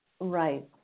Right